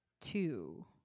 two